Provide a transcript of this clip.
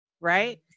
right